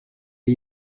are